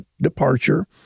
departure